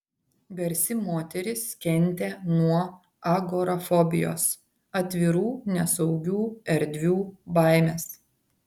garsi moteris kentė nuo agorafobijos atvirų nesaugių erdvių baimės